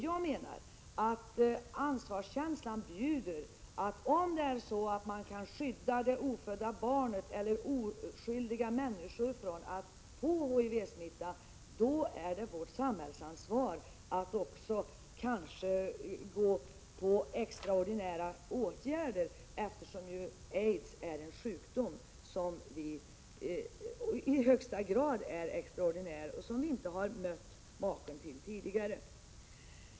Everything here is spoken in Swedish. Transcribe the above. Jag menar att ansvarskänslan bjuder att om man vill skydda det ofödda barnet eller oskyldiga människor från HIV-smittan, är det vårt samhällsansvar att ta till extraordinära åtgärder, eftersom ju aids i högsta grad är en extraordinär sjukdom som vi inte mött maken till tidigare.